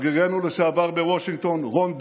שגרירנו לשעבר בוושינגטון רון דרמר,